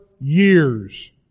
years